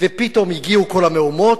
ופתאום הגיעו כל המהומות,